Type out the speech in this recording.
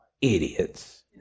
Idiots